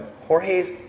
Jorge's